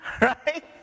right